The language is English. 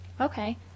Okay